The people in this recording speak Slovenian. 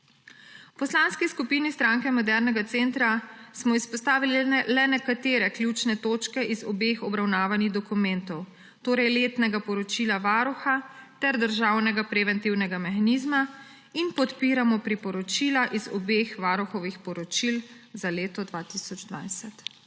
V Poslanski skupini Stranke modernega centra smo izpostavili le nekatere ključne točke iz obeh obravnavanih dokumentov, torej letnega poročila Varuha ter državnega preventivnega mehanizma, in podpiramo priporočila iz obeh varuhovih poročil za leto 2020.